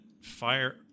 fire